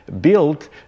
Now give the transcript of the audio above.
built